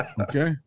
Okay